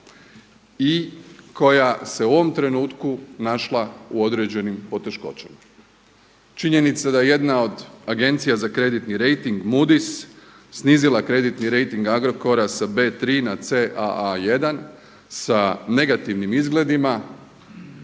i koja se u ovom trenutku našla u određenim poteškoćama. Činjenica da jedna od Agencija za kreditni rejting Moodys snizila kreditni rejting Agrokora sa B3 na CAA1 sa negativnim izgledima